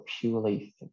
purely